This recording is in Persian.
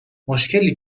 مشکلی